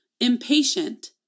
impatient